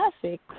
Classic